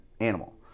animal